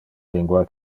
lingua